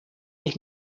ich